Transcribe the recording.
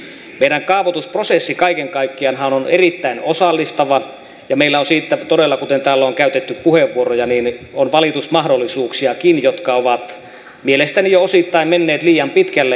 meidän kaavoitusprosessimme kaiken kaikkiaanhan on erittäin osallistava ja meillä on siitä todella kuten täällä on käytetty puheenvuoroja valitusmahdollisuuksiakin jotka ovat mielestäni jo osittain menneet liian pitkälle